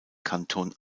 kanton